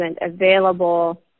available